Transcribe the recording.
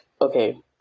okay